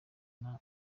nawe